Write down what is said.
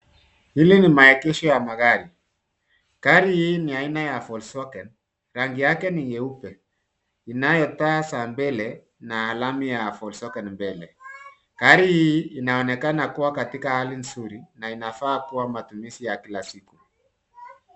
Hili ni maegesho ya magari. Gari hii ni aina ya Volkswagen, rangi yake ni nyeupe. Inayo taa za mbele na alama ya Vokswagen mbele. Gari hii inaonekana kuwa katika hali nzuri na inafaa kwa matumizi ya kila siku.